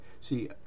see